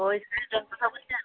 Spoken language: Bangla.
ওই শাড়িটার কথা বলছেন